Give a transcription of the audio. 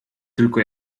tylko